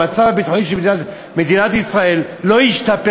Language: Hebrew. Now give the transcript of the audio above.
המצב הביטחוני של מדינת ישראל לא השתפר.